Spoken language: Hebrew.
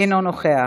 אינו נוכח.